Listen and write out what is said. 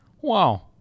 Wow